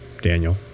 daniel